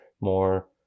more